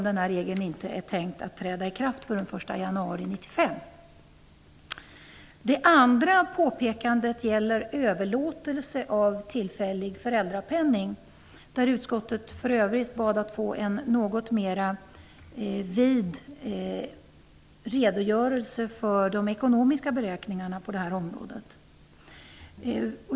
Den här regeln är nämligen inte tänkt att träda i kraft förrän den 1 januari 1995. Den andra punkten gäller överlåtelse av tillfällig föräldrapenning. Utskottet har bett om att få en något mera vid redogörelse för de ekonomiska beräkningarna på det här området.